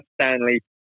Stanley